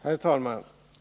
Herr talman!